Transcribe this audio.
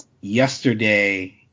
yesterday